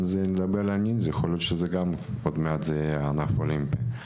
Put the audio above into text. יכול להיות שגם הנינג'ה יהיה ענף אולימפי,